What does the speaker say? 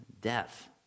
death